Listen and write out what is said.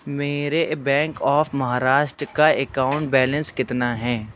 میرے bank of Maharashtra کا account balance کتنا ہیں